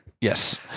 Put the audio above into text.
Yes